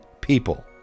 people